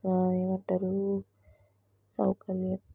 ఏమంటారు సౌకర్యం